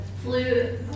flu